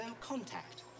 contact